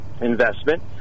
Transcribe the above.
investment